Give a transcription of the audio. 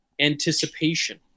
anticipation